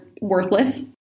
worthless